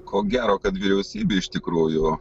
ko gero kad vyriausybė iš tikrųjų